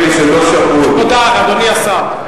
אדוני השר,